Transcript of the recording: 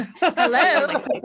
Hello